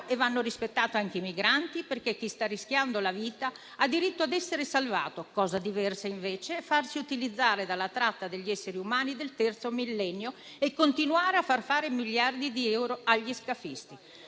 e vanno rispettati anche i migranti, perché chi sta rischiando la vita ha diritto a essere salvato. Cosa diversa, invece, è farsi utilizzare dalla tratta degli esseri umani del terzo millennio e continuare a far fare miliardi di euro agli scafisti.